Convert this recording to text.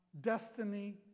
destiny